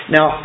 Now